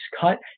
cut